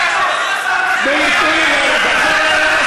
סליחה, חבר הכנסת אוסאמה סעדי.